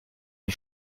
die